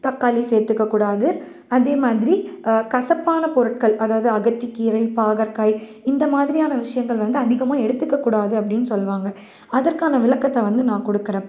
தக்காளி சேர்த்துக்கக்கூடாது அதேமாதிரி கசப்பான பொருட்கள் அதாவது அகத்திக்கீரை பாகற்காய் இந்தமாதிரியான விஷயங்கள் வந்து அதிகமாக எடுத்துக்கக்கூடாது அப்படின்னு சொல்வாங்க அதற்கான விளக்கத்தை வந்து நான் கொடுக்குறேன்